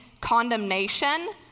condemnation